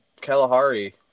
Kalahari